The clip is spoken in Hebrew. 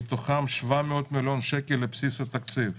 מתוכם 700 מיליון שקל לבסיס התקציב.